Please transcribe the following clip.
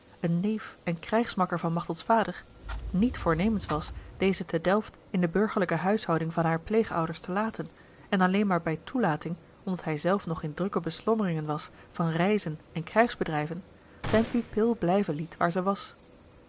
een neef en krijgsmakker van machtelds vader niet voornemens was deze te delft in de burgerlijke huishouding van hare pleegouders te laten en alleen maar bij toelating omdat hij zelf nog in drukke beslommeringen was van reizen en krijgsbedrijven zijne pupil blijven liet waar ze was